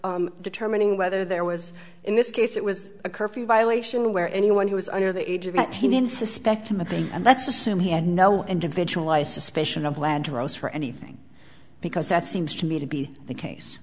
for determining whether there was in this case it was a curfew violation where anyone who was under the age of nineteen in suspect timothy and let's assume he had no individualized suspicion of land to roast for anything because that seems to me to be the case